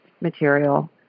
material